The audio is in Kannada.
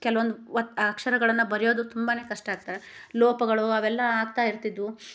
ಕೆಲವೊಂದು ಒತ್ತು ಅಕ್ಷರಗಳನ್ನ ಬರಿಯೋದು ತುಂಬಾನೇ ಕಷ್ಟ ಆಗ್ತದೆ ಲೋಪಗಳು ಅವೆಲ್ಲ ಆಗ್ತಾಯಿರ್ತಿದ್ದವು